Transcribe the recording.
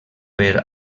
per